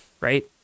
right